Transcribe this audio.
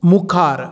मुखार